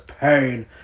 pain